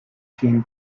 teen